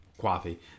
coffee